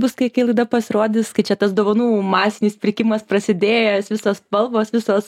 bus kai kai laida pasirodys kai čia tas dovanų masinis pirkimas prasidėjęs visos spalvos visos